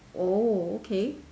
oh okay